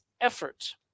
effort